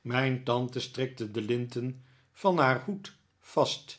mijn tante strikte de linten van haar hoed vast